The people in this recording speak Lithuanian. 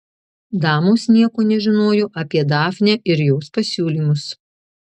damos nieko nežinojo apie dafnę ir jos pasiūlymus